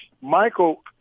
Michael